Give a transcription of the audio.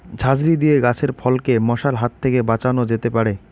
ঝাঁঝরি দিয়ে গাছের ফলকে মশার হাত থেকে বাঁচানো যেতে পারে?